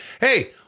Hey